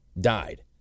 died